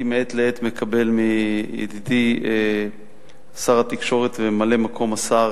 מעת לעת הייתי מקבל מידידי שר התקשורת וממלא-מקום שר